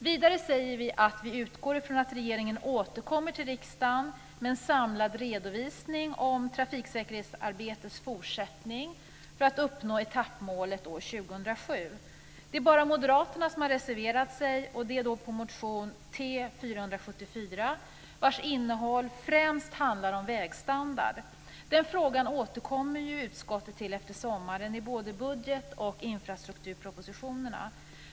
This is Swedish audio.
Vidare säger vi att vi utgår från att regeringen återkommer till riksdagen med en samlad redovisning om trafiksäkerhetsarbetets fortsättning för att uppnå etappmålet år 2007. Det är bara moderaterna som har reserverat sig. Det gäller då motion T474, vars innehåll främst handlar om vägstandard. Den frågan återkommer utskottet till efter sommaren när det gäller budget och infrastrukturpropositionerna.